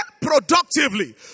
productively